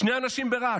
שני אנשים ברהט,